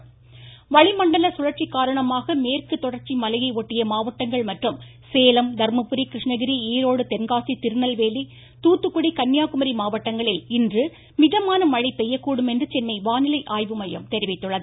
வானிலை வளிமண்டல சுழற்சி காரணமாக மேற்கு தொடர்ச்சி மலையை ஒட்டிய மாவட்டங்கள் மற்றும் சேலம் தா்மபுரி கிருஷ்ணகிரி ஈரோடு தென்காசி திருநெல்வேலி தூத்துக்குடி கன்னியாகுமரி மாவட்டங்களில் இன்று மிதமான மழை பெய்யக்கூடும் என்று சென்னை வானிலை ஆய்வு மையம் தெரிவித்துள்ளது